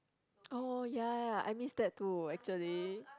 oh ya I miss that too actually